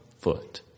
foot